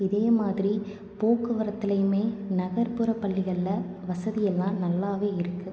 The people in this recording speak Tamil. இதே மாதிரி போக்குவரத்துலையுமே நகர்ப்புற பள்ளிகளில் வசதியெல்லாம் நல்லாவே இருக்கு